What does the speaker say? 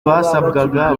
basabwaga